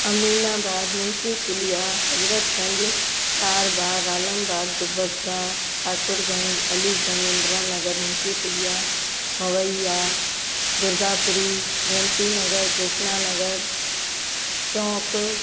Aminabad Munshi Puliya Hazratganj Charbagh Alambagh Dubagga Thakurganj Aliganj Indira Nagar Munshi Puliya Mawaiya Durgapuri Gomti Nagar Krishna Nagar Chowk